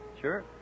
Sure